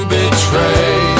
betray